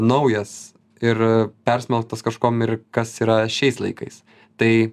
naujas ir persmelktas kažkuom ir kas yra šiais laikais tai